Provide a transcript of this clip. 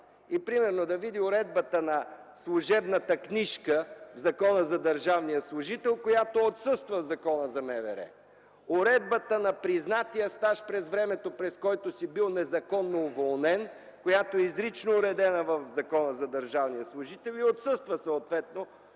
Например да види уредбата на служебната книжка в Закона за държавния служител, която отсъства в Закона за МВР. Уредбата на признатия стаж за времето, през което си бил незаконно уволнен, която изрично е уредена в Закона за държавния служител и съответно